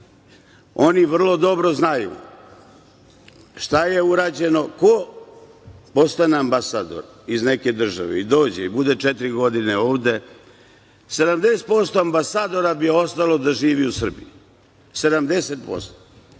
Oni vrlo dobro znaju šta je urađeno ko postane ambasador iz neke države i dođe i bude četiri godine ovde, 70% ambasadora bi ostalo da živi u Srbiji. Ja